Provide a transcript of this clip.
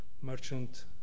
merchant